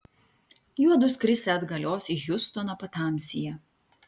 juodu skrisią atgalios į hjustoną patamsyje